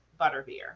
Butterbeer